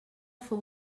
fou